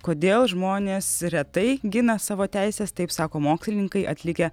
kodėl žmonės retai gina savo teises taip sako mokslininkai atlikę